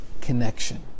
connection